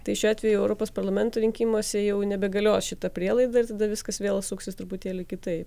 tai šiuo atveju europos parlamento rinkimuose jau nebegalios šita prielaida ir tada viskas vėl suksis truputėlį kitaip